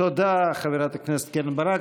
תודה, חברת הכנסת קרן ברק.